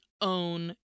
own